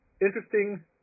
interesting